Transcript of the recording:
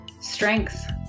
strength